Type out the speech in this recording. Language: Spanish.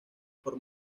por